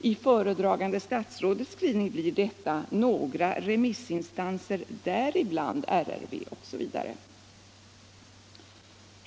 I föredragande statsrådets skrivning blir detta: ”några remissinstanser, däribland RRV” osv.